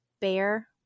bear